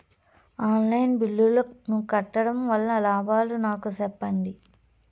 On line బిల్లుల ను కట్టడం వల్ల లాభాలు నాకు సెప్పండి?